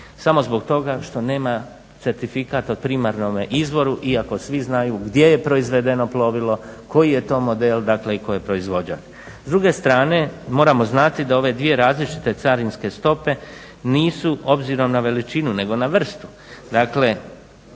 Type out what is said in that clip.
Samo zbog toga što nema certifikat o primarnom izvoru iako svi znaju gdje je proizvedeno plovilo, koji je to model i tko je proizvođač. S druge strane moramo znati da ove dvije različite carinske stope nisu obzirom na veličinu nego na vrstu dakle